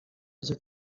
aricyo